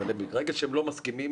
אבל ברגע שהם לא מסכימים,